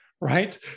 right